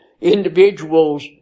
individuals